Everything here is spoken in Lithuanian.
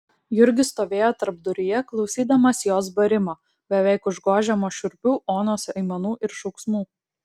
jurgis stovėjo tarpduryje klausydamas jos barimo beveik užgožiamo šiurpių onos aimanų ir šauksmų